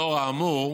לאור האמור,